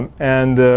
and and